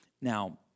Now